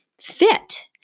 fit